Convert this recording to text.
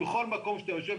בכל מקום שאתה יושב,